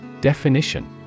Definition